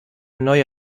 neue